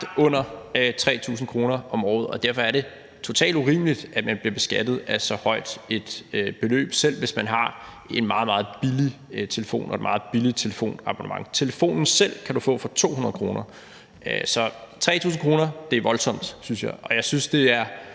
under 3.000 kr. om året, og derfor er det total urimeligt, at man bliver beskattet af så højt et beløb, selv hvis man har en meget, meget billig telefon og et meget billigt telefonabonnement. Telefonen selv kan du få for 200 kr. Så 3.000 kr. er voldsomt, synes jeg, og jeg synes, det er